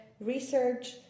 research